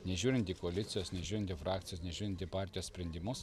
nežiūrint į koalicijos nežiūrint į frakcijos nežiūrint į partijos sprendimus